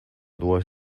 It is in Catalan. dues